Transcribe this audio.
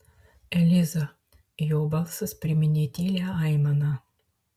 eliza jo balsas priminė tylią aimaną